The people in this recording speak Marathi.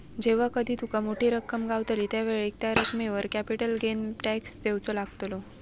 जेव्हा कधी तुका मोठी रक्कम गावतली त्यावेळेक त्या रकमेवर कॅपिटल गेन टॅक्स देवचो लागतलो